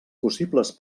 possibles